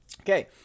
Okay